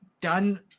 done